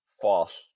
false